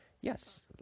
Yes